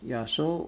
ya so